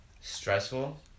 stressful